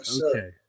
Okay